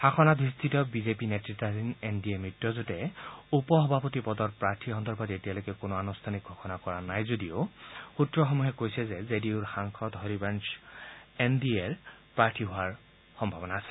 শাসনাধিষ্ঠিত বিজেপি নেতৃতাধীন N D A মিত্ৰজোঁটে উপ সভাপতি পদৰ প্ৰাৰ্থী সন্দৰ্ভত এতিয়ালৈকে কোনো অনুষ্ঠানিক ঘোষণা কৰা নাই যদিও স্ত্ৰসমূহে কৈছে যে জে ডি ইউৰ সাংসদ হৰিবংশ এন ডি এৰ প্ৰাৰ্থী হোৱাৰ সম্ভাৱনা আছে